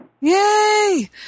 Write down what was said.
Yay